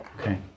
Okay